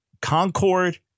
Concord